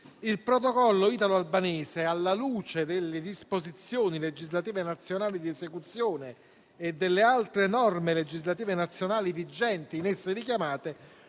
il Protocollo italo-albanese, alla luce delle disposizioni legislative nazionali di esecuzione e delle altre norme legislative nazionali vigenti in esse richiamate,